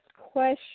question